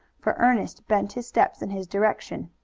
for ernest bent his steps in his direction.